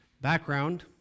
background